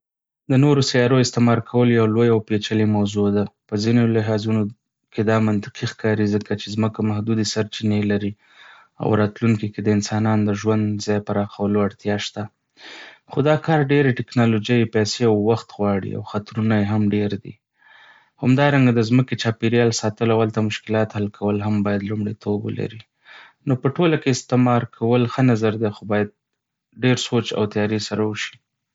د نورو سیارو استعمار کول یو لوی او پيچلی موضوع ده. په ځینو لحاظونو کې دا منطقي ښکاري، ځکه چې ځمکه محدودې سرچینې لري او راتلونکې کې د انسانانو د ژوند ځای پراخولو اړتیا شته. خو دا کار ډېرې ټکنالوژۍ، پیسې او وخت غواړي، او خطرونه یې هم ډېر دي. همدارنګه، د ځمکې چاپیریال ساتل او هلته مشکلات حل کول هم باید لومړیتوب ولري. نو په ټوله کې، استعمار کول ښه نظر دی خو باید ډېر سوچ او تیاری سره وشي.